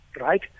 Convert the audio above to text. right